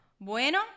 bueno